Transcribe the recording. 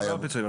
לא על הפיצויים.